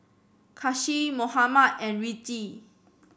Kasih Muhammad and Rizqi